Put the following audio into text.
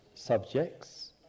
subjects